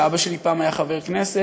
שאבא שלי פעם היה חבר כנסת,